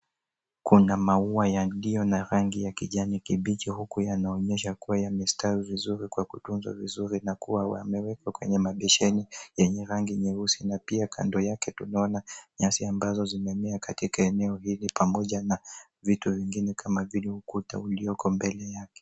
Kuna maua yaliyo na rangi ya kijani kibichi huku yanaonyesha kuwa yamestawi vizuri kwa kutuzwa vizuri na kuwa yamewekwa kwenye mabeseni yenye rangi nyeusi na pia kando yake tunaona nyasi ambazo zimemea katika eneo hili pamoja na vitu vingine kama vile ukuta ulioko mbele yake.